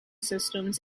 systems